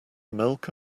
milk